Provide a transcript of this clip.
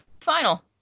final